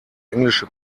englische